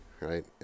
Right